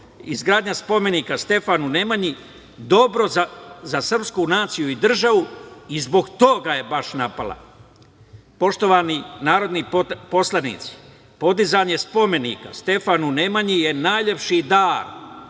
izgradnja spomenika Stefanu Nemanji dobro za srpsku naciju i državu i bog toga je baš napala. Poštovani narodni poslanici, podizanje spomenika Stefanu Nemanji je najlepši dar